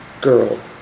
girl